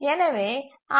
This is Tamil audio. எனவே ஆர்